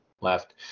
left